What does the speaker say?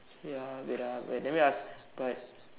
ya wait ah wait let me ask but